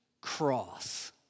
cross